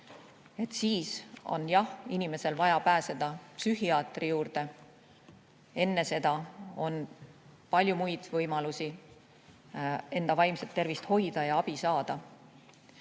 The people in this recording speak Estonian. Siis on jah inimesel vaja pääseda psühhiaatri juurde. Enne seda on palju muid võimalusi enda vaimset tervist hoida ja abi saada.